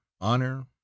honor